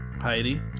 heidi